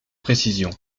précision